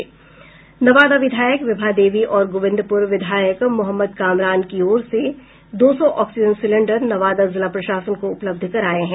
नवादा विधायक विभा देवी और गोविंदपुर विधायक मोहम्मद कामरान की ओर से दो सौ ऑक्सीजन सिलेंडर नवादा जिला प्रशासन को उपलब्ध कराये हैं